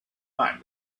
back